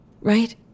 right